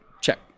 Check